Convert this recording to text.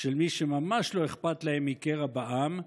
של מי שממש לא אכפת להם מקרע בעם,